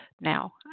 now